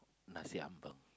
nasi-ambeng